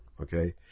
okay